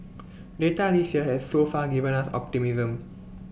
data this year has so far given us optimism